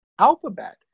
Alphabet